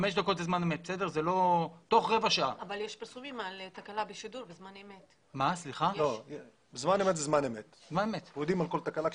יש נוהל שלם שמתחיל בדיווח בזמן אמת על כך